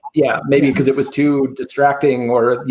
yeah, maybe because it was too distracting. or, you